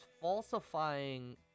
falsifying